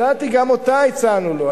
הצעתי, גם אותה הצענו לו.